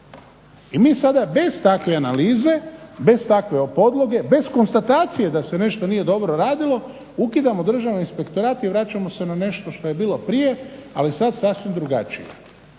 I mi sada bez takve analize, bez takve podloge, bez konstatacije da se nešto nije dobro radilo ukidamo Državni inspektorat i vraćamo se na nešto što je bilo prije ali je sad sasvim drugačije.